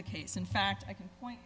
the case in fact i can point